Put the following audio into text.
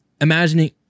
imagining